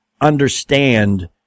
understand